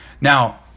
Now